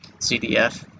CDF